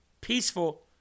peaceful